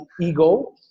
ego